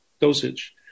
dosage